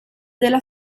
della